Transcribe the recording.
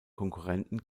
konkurrenten